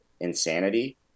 insanity